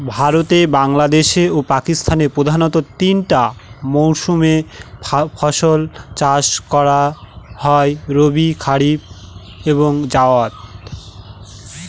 ভারতে বাংলাদেশে ও পাকিস্তানে প্রধানত তিনটা মরসুমে ফাসল চাষ হয় রবি কারিফ এবং জাইদ